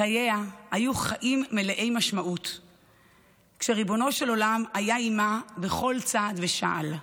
חייה היו חיים מלאי משמעות וריבונו של עולם היה עימה בכל צעד ושעל.